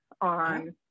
on